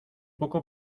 poco